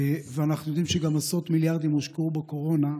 ואנחנו יודעים גם שעשרות מיליארדים הושקעו בקורונה,